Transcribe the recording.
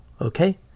Okay